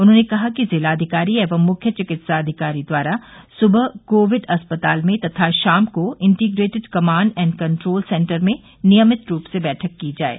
उन्होंने कहा कि जिलाधिकारी एवं मुख्य चिकित्साधिकारी द्वारा सुबह कोविड अस्पताल में तथा शाम को integrated command and control centre में नियमित रूप से बैठक की जाये